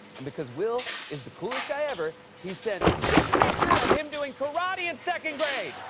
and because will is the coolest guy ever, he sent this picture of him doing karate in second grade.